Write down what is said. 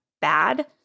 bad